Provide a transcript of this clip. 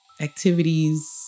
activities